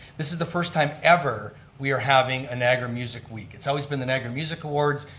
this is the first time ever we are having a niagara music week, it's always been the niagara music awards.